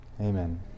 Amen